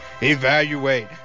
evaluate